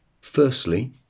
firstly